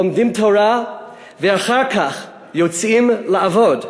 לומדים תורה ואחר כך יוצאים לעבוד.